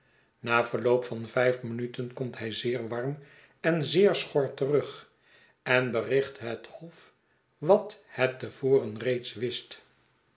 na verloop van vijf minuten komt hij zeer warm en zeer schor terug en bericht het hof wat het te voren reeds wist